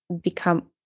become